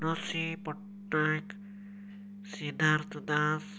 Manasi Pattnaik Siddharth Das